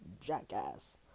jackass